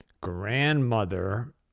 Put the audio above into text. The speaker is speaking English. Grandmother